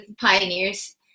pioneers